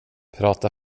prata